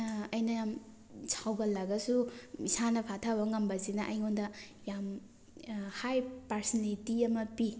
ꯑꯩꯅ ꯌꯥꯝ ꯁꯥꯎꯒꯜꯂꯒꯁꯨ ꯏꯁꯥꯅ ꯐꯥꯊꯕ ꯉꯝꯕꯁꯤꯅ ꯑꯩꯉꯣꯟꯗ ꯌꯥꯝ ꯍꯥꯏ ꯄꯥꯔꯁꯅꯦꯜꯂꯤꯇꯤ ꯑꯃ ꯄꯤ